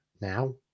now